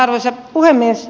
arvoisa puhemies